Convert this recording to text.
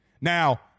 Now